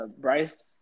Bryce